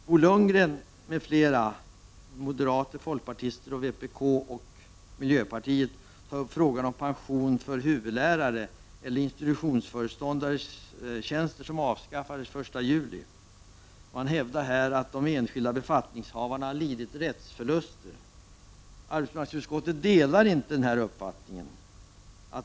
Bo Lundgren tillsammans med moderater, folkpartister, vpk och miljöpartiet tar upp frågan om pension för huvudlärareller institutionsföreståndartjänster som avskäffades den 1 juli 1987. Man hävdar här att de enskilda befattningshavarna har lidit rättsförluster. Arbetsmarknadsutskottet delar inte denna uppfattning.